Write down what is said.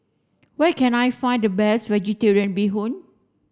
where can I find the best vegetarian bee hoon